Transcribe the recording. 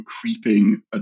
creeping